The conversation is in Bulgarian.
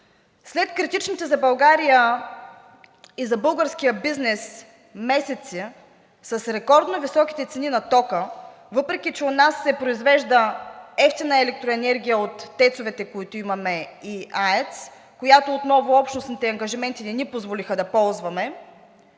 След критичните за България и за българския бизнес месеци с рекордно високите цени на тока, въпреки че у нас се произвежда евтина електроенергия от тецовете, които имаме, и АЕЦ, която отново общностните ангажименти не ни позволиха да ползваме,